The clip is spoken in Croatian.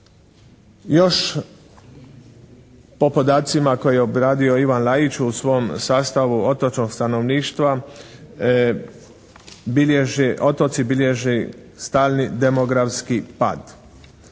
Još o podacima koje je obradio Ivan Lajić u svom sastavu otočnog stanovništva bilježi, otoci bilježi stalni demografski pad.